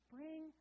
Bring